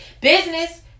business